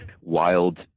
wild